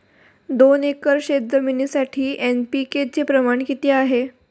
दोन एकर शेतजमिनीसाठी एन.पी.के चे प्रमाण किती आहे?